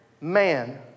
man